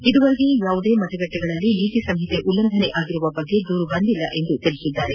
ಇದುವರೆಗೆ ಯಾವುದೇ ಮತಗಟ್ಟೆಗಳಲ್ಲಿ ನೀತಿ ಸಂಹಿತೆ ಉಲ್ಲಂಘನೆ ಆಗಿರುವ ಬಗ್ಗೆ ದೂರು ಬಂದಿಲ್ಲ ಎಂದು ತಿಳಿಸಿದ್ದಾರೆ